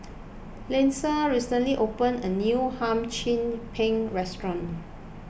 Lindsay recently open a new Hum Chim Peng restaurant